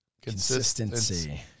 consistency